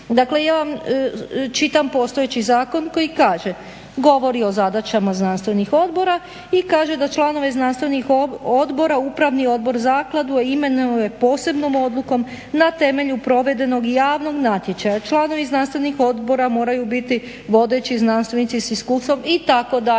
Dakle, ja čitam postojeći zakon koji kaže, govori o zadaćama znanstvenih odbora i kaže da članove znanstvenih odbora upravni odbor zaklade imenuje posebnom odlukom na temelju provedenog javnog natječaja. Članovi znanstvenih odbora moraju biti vodeći znanstvenici s iskustvom itd.,